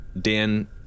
Dan